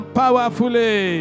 powerfully